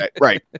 right